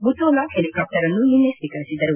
ಬುತೋಲಾ ಹೆಲಿಕಾಪ್ಟರನ್ನು ನಿನ್ನೆ ಸ್ವೀಕರಿಸಿದರು